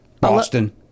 Boston